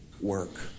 work